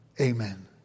Amen